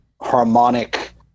harmonic